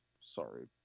Sorry